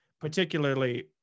particularly